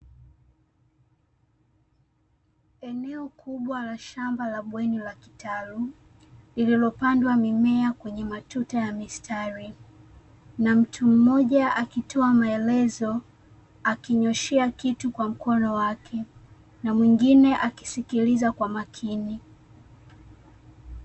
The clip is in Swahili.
Eneo kubwa la shamba la bweni la kitalu, lililopandwa mimea kwenye matuta ya mistari. Na mtu mmoja akitoa maelezo akinyoshea kitu kwa mkono wake, na mwingine akisikiliza kwa makini.